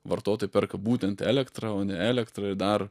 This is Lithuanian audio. vartotojai perka būtent elektrą o ne elektrą ir dar